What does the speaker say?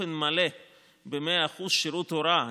באופן מלא ב-100% שירות הוראה.